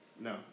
No